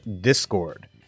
discord